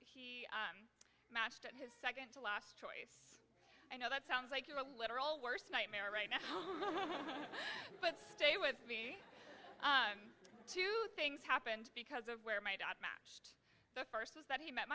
matched his second to last choice i know that sounds like you're a literal worst nightmare right now but stay with me two things happened because of where my dad matched the first was that he met